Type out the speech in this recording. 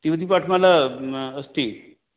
तिव्तिपाठमाला अस्ति